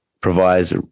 provides